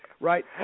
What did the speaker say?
right